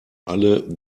alle